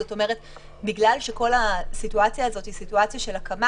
זאת אומרת שבגלל שכל הסיטואציה הזאת היא סיטואציה של הקמה